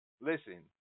Listen